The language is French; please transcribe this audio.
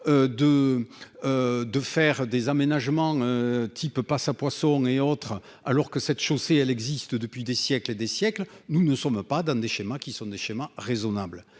de faire des aménagements qui peut pas ça, poissons et autres alors que cette chaussée, elle existe depuis des siècles et des siècles, nous ne sommes pas dans des schémas qui sont des schémas raisonnable